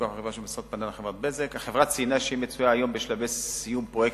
פנה לחברת "בזק"; החברה ציינה שהיא מצויה היום בשלבי סיום פרויקט